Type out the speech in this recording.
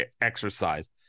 exercise